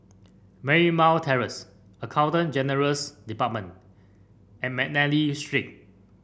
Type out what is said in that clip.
Marymount Terrace Accountant General's Department and McNally Street